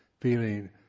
feeling